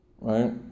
Right